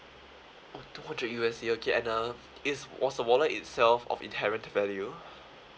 oh two hundred U_S_D okay and uh is was the wallet itself of inherent value